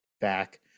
back